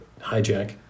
hijack